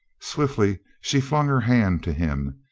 swiftly she flung her hand to him,